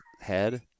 head